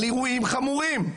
על אירועים חמורים.